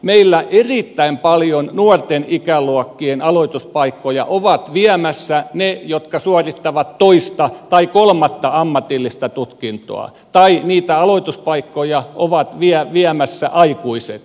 meillä erittäin paljon nuorten ikäluokkien aloituspaikkoja ovat viemässä ne jotka suorittavat toista tai kolmatta ammatillista tutkintoa tai niitä aloituspaikkoja ovat viemässä aikuiset